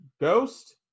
Ghost